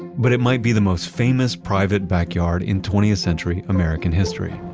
but it might be the most famous private backyard in twentieth century american history.